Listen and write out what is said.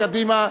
קדימה.